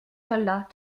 soldats